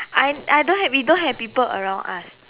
I I don't have we don't have people around us